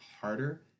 harder